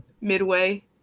midway